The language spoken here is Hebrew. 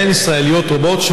ובהן ישראליות רבות,